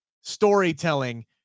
storytelling